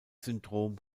syndrom